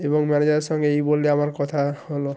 এবং ম্যানেজারের সঙ্গে এই বলে আমার কথা হল